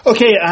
Okay